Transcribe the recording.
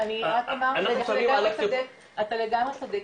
אתה לגמרי צודק,